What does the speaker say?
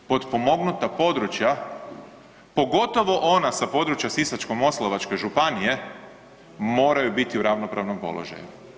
Potpomognuta područja pogotovo ona sa područja Sisačko-moslavačke županije moraju biti u ravnopravnom položaju.